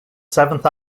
seventh